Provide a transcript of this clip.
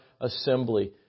assembly